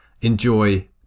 enjoy